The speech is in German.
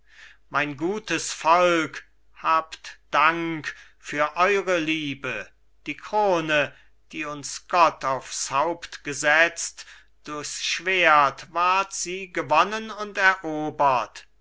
mein gutes volk habt dank für eure liebe die krone die uns gott aufs haupt gesetzt durchs schwert ward sie gewonnen und erobert